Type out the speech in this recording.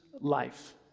life